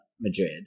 Madrid